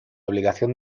obligación